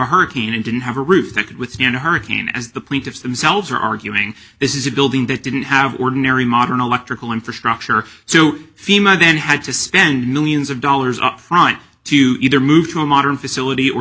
hurricane and didn't have a roof that could withstand a hurricane as the plaintiffs themselves are arguing this is a building that didn't have ordinary modern electrical infrastructure so fema then had to spend millions of dollars upfront to either move to a modern facility or